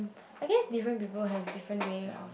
I guess different people have different way of